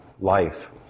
life